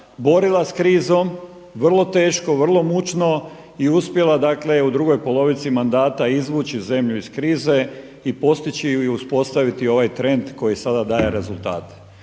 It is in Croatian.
borila s krizom, vrlo teško, vrlo mučno i uspjela u drugoj polovici mandata izvući zemlju iz krize i postići i uspostaviti ovaj trend koji sada daje rezultate.